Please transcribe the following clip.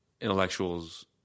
intellectuals